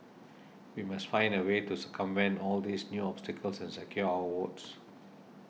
we must find a way to circumvent all these new obstacles and secure our votes